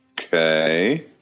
Okay